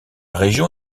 région